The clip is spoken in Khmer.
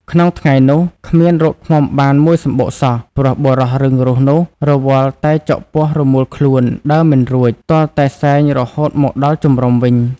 ក្នុងថ្ងៃនោះ គ្មានរកឃ្មុំបានមួយសំបុកសោះ ព្រោះបុរសរឹងរូសនោះរវល់តែចុកពោះរមូលខ្លួន ដើរមិនរួច ទាល់តែសែងរហូតមកដល់ជំរំវិញ។